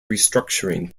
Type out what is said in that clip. restructuring